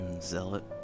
Zealot